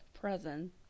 present